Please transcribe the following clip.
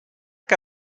que